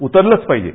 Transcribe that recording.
उतरलंच पाहिजे